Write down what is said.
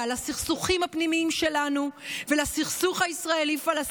לסכסוכים הפנימיים שלנו ולסכסוך הישראלי פלסטיני,